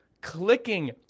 clicking